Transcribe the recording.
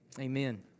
amen